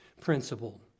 principle